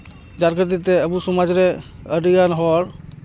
ᱡᱟᱨ ᱠᱷᱟᱹᱛᱤᱨ ᱛᱮ ᱟᱵᱚ ᱥᱚᱢᱟᱡᱽ ᱨᱮ ᱟᱹᱰᱤᱜᱟᱱ ᱦᱚᱲ